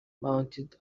mounted